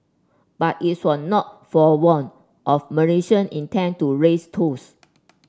but its were not forewarned of Malaysia intent to raise tolls